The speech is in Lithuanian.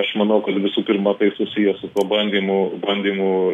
aš manau kad visų pirma tai susiję su pabandymu bandymu